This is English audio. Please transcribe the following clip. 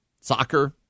soccer